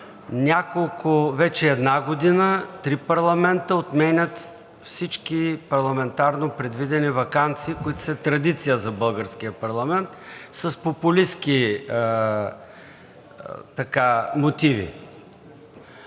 Вече една година три парламента отменят всички парламентарно предвидени ваканции, които са традиция за българския парламент, с популистки мотиви.